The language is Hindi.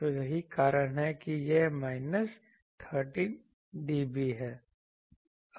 तो यही कारण है कि यह माइनस 13dB है